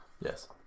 Yes